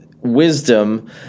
wisdom